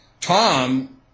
Tom